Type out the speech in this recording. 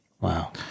Wow